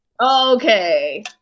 Okay